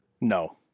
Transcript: No